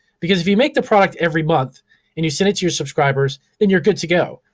because if you make the product every month and you send it to your subscribers, then you're good to go.